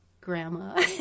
grandma